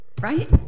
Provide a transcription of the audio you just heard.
right